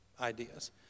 ideas